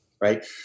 Right